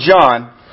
John